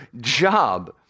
job